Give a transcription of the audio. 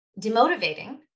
demotivating